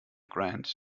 grant